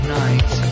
night